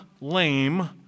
lame